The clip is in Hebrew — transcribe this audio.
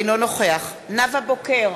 אינו נוכח נאוה בוקר,